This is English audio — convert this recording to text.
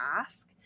ask